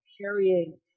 carrying